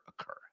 occur